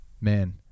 Man